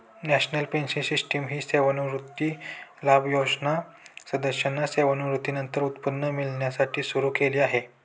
national pension system ही सेवानिवृत्ती लाभ योजना सदस्यांना सेवानिवृत्तीनंतर उत्पन्न मिळण्यासाठी सुरू केली आहे